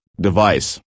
device